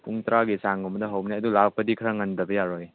ꯄꯨꯡ ꯇꯔꯥꯒꯤ ꯆꯥꯡꯒꯨꯝꯕꯗ ꯍꯧꯕꯅꯦ ꯑꯗꯨ ꯂꯥꯛꯄꯗꯤ ꯈꯔ ꯉꯟꯗꯕ ꯌꯥꯔꯣꯏ